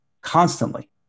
constantly